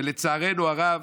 ולצערנו הרב,